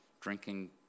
drinking